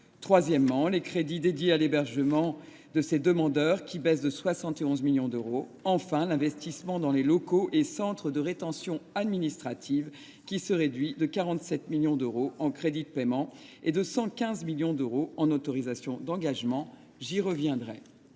troisièmement, les crédits dédiés à l’hébergement de ces demandeurs, qui baissent de 71 millions d’euros ; quatrièmement, l’investissement dans les locaux et centres de rétention administrative (CRA), qui se réduit de 47 millions d’euros en crédits de paiement et de 115 millions d’euros en autorisations d’engagement. Que penser